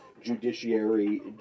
Judiciary